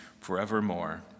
forevermore